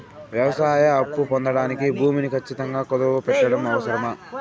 వ్యవసాయ అప్పు పొందడానికి భూమిని ఖచ్చితంగా కుదువు పెట్టడం అవసరమా?